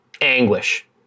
anguish